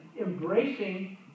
embracing